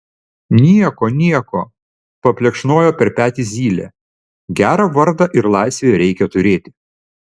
nieko nieko paplekšnojo per petį zylė gerą vardą ir laisvėje reikia turėti